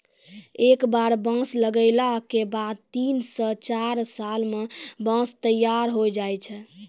एक बार बांस लगैला के बाद तीन स चार साल मॅ बांंस तैयार होय जाय छै